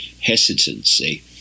hesitancy